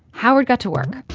howard got to work